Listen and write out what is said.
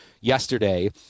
yesterday